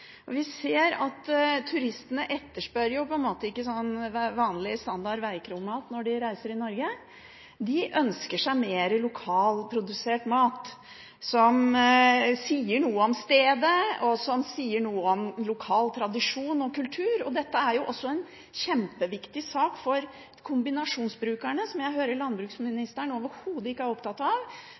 Vi ser at turistene ikke etterspør vanlig, standard veikromat når de reiser i Norge. De ønsker seg mer lokalprodusert mat som sier noe om stedet, og som sier noe om lokal tradisjon og kultur. Dette er jo også en kjempeviktig sak for kombinasjonsbrukerne, som jeg hører landbruksministeren overhodet ikke er opptatt av,